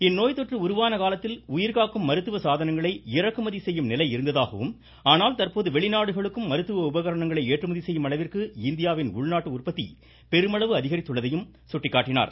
இந்நோய் தொற்று உருவான காலத்தில் உயிர்காக்கும் மருத்துவ சாதனைங்களை இறக்குமதி செய்யும் நிலை இருந்ததாகவும் ஆனால் தற்போது வெளிநாடுகளுக்கும் மருத்துவ உபகரணங்களை ஏற்றுமதி செய்யும் அளவிற்கு இந்தியாவின் உள்நாட்டு உற்பத்தி பெருமளவு அதிகரித்துள்ளதையும் சுட்டிக்காட்டினார்